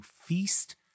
feast